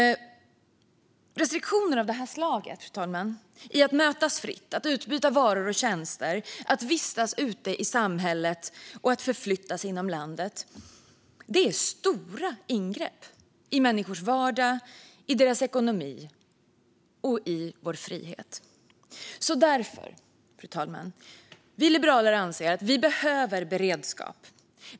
Restriktioner av det här slaget när det gäller att kunna mötas fritt, att utbyta varor och tjänster, att vistas ute i samhället och att förflytta sig inom landet är stora ingrepp i människors vardag, i vår ekonomi och i vår frihet. Därför, fru talman, anser vi liberaler att vi behöver beredskap.